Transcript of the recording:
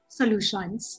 solutions